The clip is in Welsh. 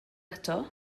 eto